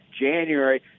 January